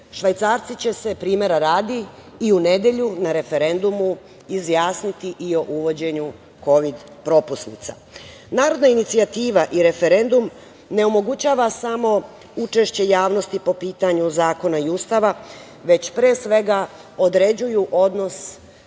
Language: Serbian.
će se, primera radi i u nedelju, na referendumu izjasniti i o uvođenju kovid propusnica. Narodna inicijativa i referendum ne omogućava samo učešće javnosti po pitanju zakona i ustava, već pre svega određuju odnos